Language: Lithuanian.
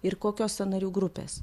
ir kokios sąnarių grupės